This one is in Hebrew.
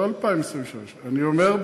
לא 2023. אני אומר,